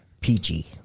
peachy